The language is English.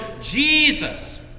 Jesus